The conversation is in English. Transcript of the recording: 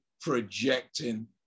projecting